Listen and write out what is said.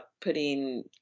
putting